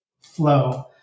flow